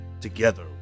together